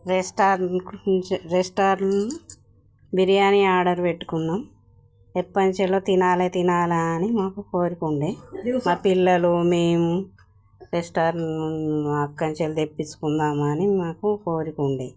restaurant restaurant biryani order పెట్టుకున్నాము ఎప్పనుండో తినాలి తినాలి అని మాకు కోరిక ఉండేది మా పిల్లలు మేము రెస్టారెంట్ అక్కడ నుండి తెప్పించుకుందామని మాకు కోరిక ఉండేది